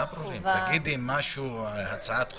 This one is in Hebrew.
תגידי משהו: הצעת חוק,